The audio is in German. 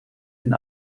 den